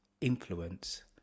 influence